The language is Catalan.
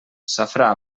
safrà